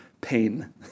Pain